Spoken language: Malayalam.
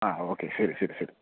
ആ ഓക്കെ ശരി ശരി ശരി